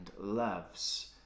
loves